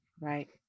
Right